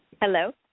Hello